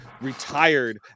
retired